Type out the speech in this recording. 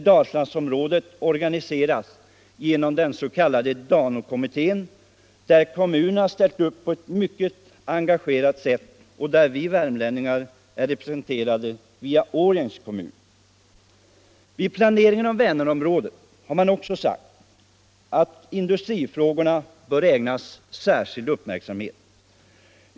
Dalslandsområdet organiseras genom den s.k. DANO-kommittén, där kommunerna ställt upp på ett mycket engagerat sätt och där vi värmlänningar är representerade via Årjängs kommun. Vid planeringen av Vänerområdet, har man också sagt, bör industrifrågorna ägnas särskild uppmärksamhet.